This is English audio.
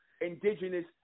indigenous